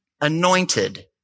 anointed